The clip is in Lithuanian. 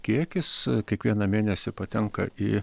kiekis kiekvieną mėnesį patenka į